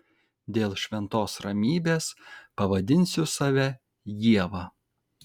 dėl šventos ramybės pavadinsiu save ieva